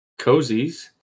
cozies